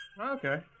okay